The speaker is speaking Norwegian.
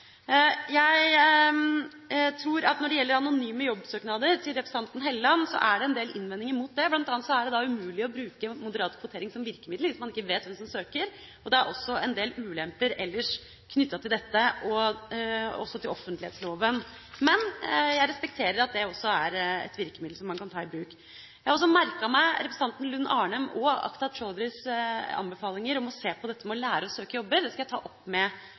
Når det gjelder anonyme jobbsøknader, er det en del innvendinger mot det. Blant annet er det umulig å bruke moderat kvotering som virkemiddel hvis man ikke vet hvem som søker. Det er også en del andre ulemper knyttet til dette, også når det gjelder offentlighetsloven. Men jeg respekterer at det er et virkemiddel som man kan ta i bruk. Jeg har også merket meg representantene Mari Lund Arnem og Akhtar Chaudhrys anbefalinger om å se på dette med å lære å søke jobber. Det skal jeg ta opp med